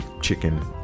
chicken